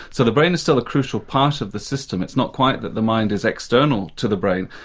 so the brain is still a crucial part of the system, it's not quite that the mind is external to the brain,